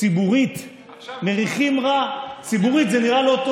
אין מדינה בעולם שהצליחה להביא כאלה כמויות